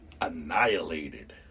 annihilated